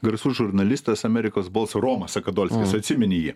garsus žurnalistas amerikos balso romas sakadolskis atsimeni jį